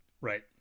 Right